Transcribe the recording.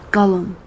Gollum